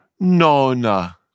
Nona